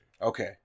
Okay